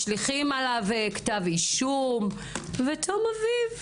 משליכים עליו כתב אישום ולתום אביב,